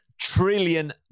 trillion